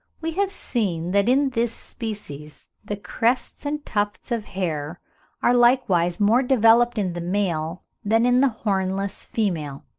we have seen that in this species the crests and tufts of hair are likewise more developed in the male than in the hornless female.